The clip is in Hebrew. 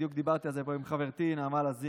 בדיוק דיברתי על זה פה עם חברתי נעמה לזימי,